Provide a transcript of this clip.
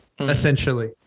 Essentially